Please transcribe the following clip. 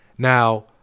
Now